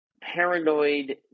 Paranoid